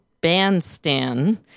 bandstand